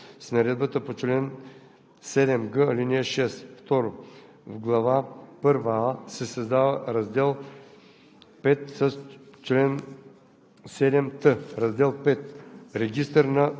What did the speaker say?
органи; условията и редът за поддържане и ползване на хранилището се определят с наредбата по чл. 7г, ал. 6.“ 2. В глава първа „а“ се създава Раздел